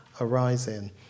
arising